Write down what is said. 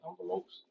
envelopes